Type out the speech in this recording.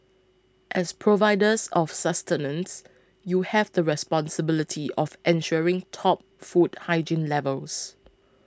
as providers of sustenance you have the responsibility of ensuring top food hygiene levels